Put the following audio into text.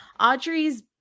audrey's